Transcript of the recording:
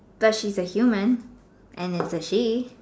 but she's a human and it's a she